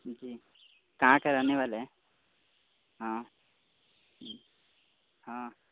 जी कहाँ का रहने वाले हैं